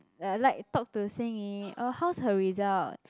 uh like talk to Xin-Yi oh how's her results